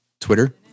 Twitter